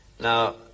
Now